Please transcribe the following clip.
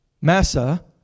Massa